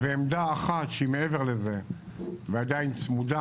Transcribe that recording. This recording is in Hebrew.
עמדה אחת שהיא מעבר לזה ועדיין צמודה,